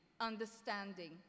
understanding